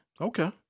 Okay